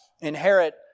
inherit